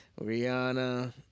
Rihanna